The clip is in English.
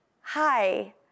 hi